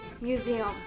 Museum